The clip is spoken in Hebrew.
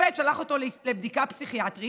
השופט שלח אותו לבדיקה פסיכיאטרית,